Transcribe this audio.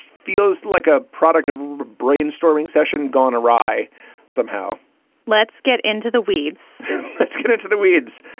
feels like a product of brainstorming session gone awry somehow let's get into the weeds let's get into the weeds.